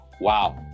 Wow